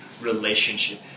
relationship